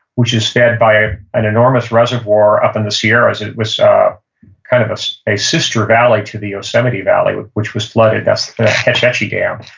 which is fed by an enormous reservoir up in the sierras. it was kind of a sister valley to the yosemite valley, which which was flooded. that's the hetch hetchy dam.